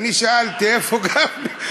אני שאלתי איפה גפני.